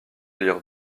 lire